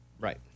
right